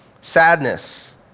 sadness